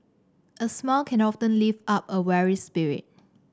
a smile can often lift up a weary spirit